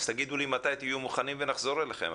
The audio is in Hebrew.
אז תגידו לי מתי תהיו מוכנים ונחזור אליכם.